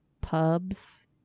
Pubs